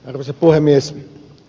arvoisa puhemies